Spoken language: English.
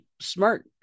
Smart